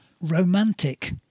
Romantic